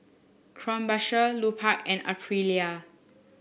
Krombacher Lupark and Aprilia